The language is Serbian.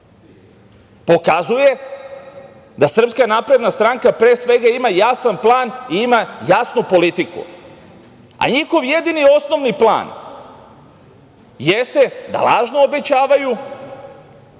Pokazuje da SNS, pre svega, ima jasan plan i ima jasnu politiku, a njihov jedini osnovni plan jeste da lažno obećavaju,